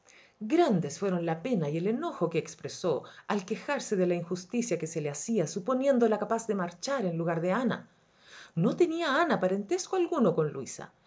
grandes fueron la pena y el enojo que expresó al quejarse de la injusticia que se le hacía suponiéndola capaz de marchar en lugar de ana no tenía ana parentesco alguno con luisa